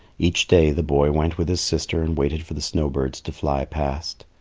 each day the boy went with his sister and waited for the snow birds to fly past.